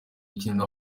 ikintu